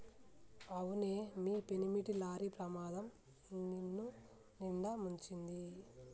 అవునే మీ పెనిమిటి లారీ ప్రమాదం నిన్నునిండా ముంచింది